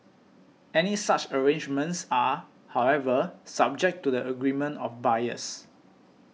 any such arrangements are however subject to the agreement of buyers